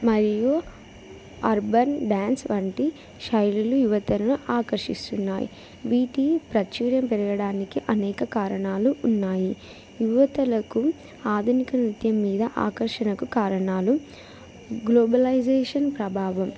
మరియు urban dance వంటి శైలులు యువతలను ఆకర్షిస్తున్నాయి వీటి ప్రాచుర్యం పెరగడానికి అనేక కారణాలు ఉన్నాయి యువతకు ఆధునిక నృత్యం మీద ఆకర్షణకు కారణాలు గ్లోబలైజేషన్ ప్రభావం